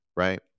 right